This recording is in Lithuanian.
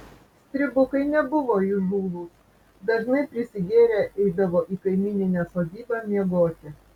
stribukai nebuvo įžūlūs dažnai prisigėrę eidavo į kaimyninę sodybą miegoti